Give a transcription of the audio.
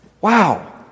Wow